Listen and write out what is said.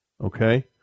okay